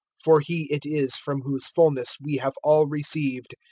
for he it is from whose fulness we have all received,